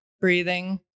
breathing